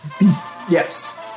Yes